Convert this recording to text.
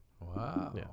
Wow